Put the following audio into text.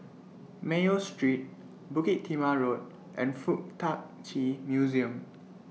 Mayo Street Bukit Timah Road and Fuk Tak Chi Museum